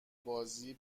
بازی